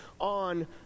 on